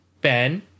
Ben